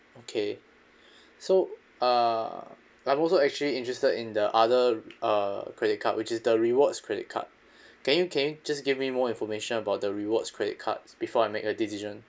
okay so uh I'm also actually interested in the other uh credit card which is the rewards credit card can you can you just give me more information about the rewards credit cards before I make a decision